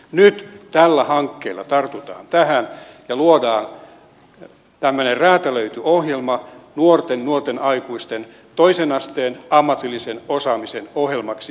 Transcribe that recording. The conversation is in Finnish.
nyt tällä hankkeella tartutaan tähän ja luodaan tämmöinen räätälöity ohjelma nuorten ja nuorten aikuisten toisen asteen ammatillisen osaamisen ohjelmaksi